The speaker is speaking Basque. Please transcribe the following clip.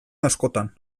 askotan